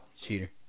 cheater